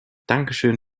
dankeschön